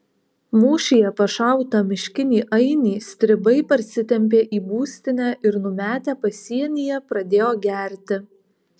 mūšyje pašautą miškinį ainį stribai parsitempė į būstinę ir numetę pasienyje pradėjo gerti